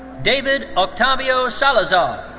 david octavio salazar.